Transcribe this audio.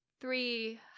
three